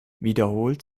wiederholt